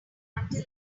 until